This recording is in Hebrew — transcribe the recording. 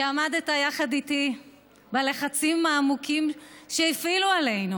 שעמדת יחד איתי בלחצים העמוקים שהפעילו עלינו.